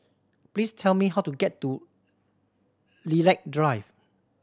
please tell me how to get to Lilac Drive